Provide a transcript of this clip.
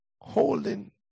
holding